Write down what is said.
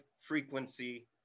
frequency